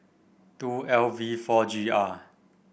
two L V four G R